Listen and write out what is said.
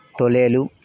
తొలేలు